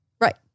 Right